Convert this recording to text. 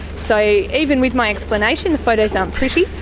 so even with my explanation the photos aren't pretty,